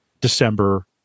December